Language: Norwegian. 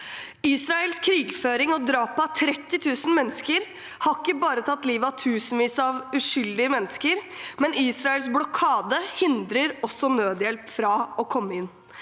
Israels krigføring og drap av 30 000 mennesker har ikke bare tatt livet av tusenvis av uskyldige mennesker, men Israels blokade hindrer også nødhjelp fra å komme inn.